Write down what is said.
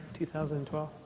2012